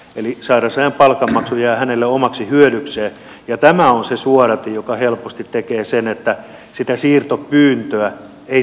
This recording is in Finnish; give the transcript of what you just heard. eli sairausajan palkanmaksu jää hänelle omaksi hyödykseen ja tämä on se suodatin joka helposti tekee sen että sitä siirtopyyntöä ei tehdäkään